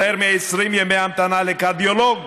יותר מ-20 ימי המתנה לקרדיולוג,